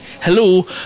hello